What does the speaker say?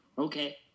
Okay